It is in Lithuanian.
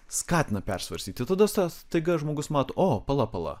skatina persvarstyti tada sta staiga žmogus mat o pala pala